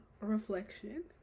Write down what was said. reflection